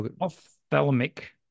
Ophthalmic